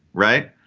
right.